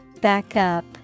Backup